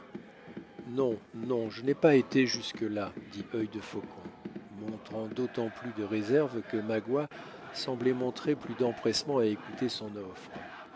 non non je n'ai pas été jusque-là dit œil de faucon montrant d'autant plus de réserve que magua semblait montrer plus d'empressement à écouter son offre